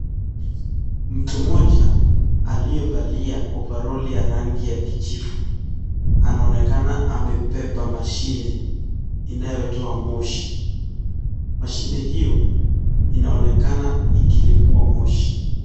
Mtu mmoja aliyevalia overall ya rangi ya kijivu anaonekana amebeba mashine inayotoa moshi. Mashine hiyo inaonekana ikilipua moshi.